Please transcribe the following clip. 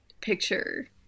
picture